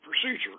procedure